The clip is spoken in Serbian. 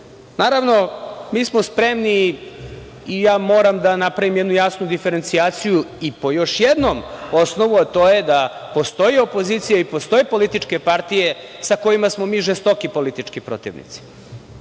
njih. Naravno, mi smo spremni i moram da napravim jednu jasnu diferencijaciju i po još jednom osnovu, a to je da postoji opozicija i postoje političke partije sa kojima smo mi žestoki politički protivnici